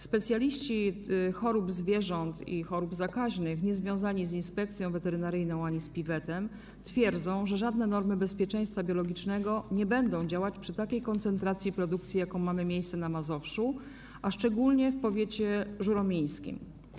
Specjaliści chorób zwierząt i chorób zakaźnych niezwiązani z Inspekcją Weterynaryjną ani z PIWet-em twierdzą, że żadne normy bezpieczeństwa biologicznego nie będą działać przy takiej koncentracji produkcji, jaka ma miejsce na Mazowszu, a szczególnie w powiecie żuromińskim.